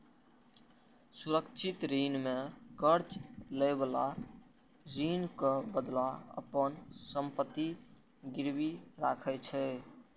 सुरक्षित ऋण मे कर्ज लएबला ऋणक बदला अपन संपत्ति गिरवी राखै छै